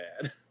bad